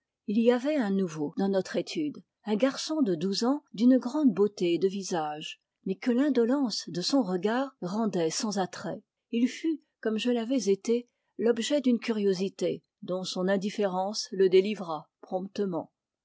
il y avait un nouveau dans notre étude un garçon de douze ans d'une grande beauté de visage mais que l'indolence de son regard rendait sans attrait il fut comme je l'avais été l'objet d'une curiosité dont son indifférence le délivra promptement